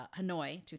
Hanoi